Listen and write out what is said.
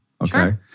Okay